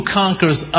conquers